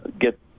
get